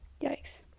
Yikes